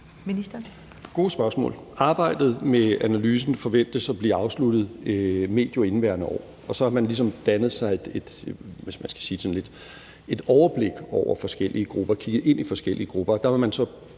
Arbejdet med analysen forventes at blive afsluttet medio indeværende år, og så har man ligesom dannet sig et overblik over forskellige grupper,